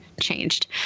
changed